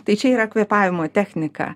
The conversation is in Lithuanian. tai čia yra kvėpavimo technika